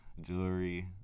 jewelry